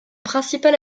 principal